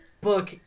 book